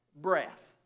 breath